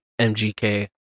MGK